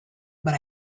but